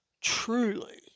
truly